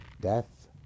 death